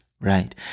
right